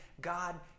God